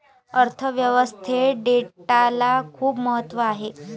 अर्थ व्यवस्थेत डेटाला खूप महत्त्व आहे